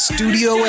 Studio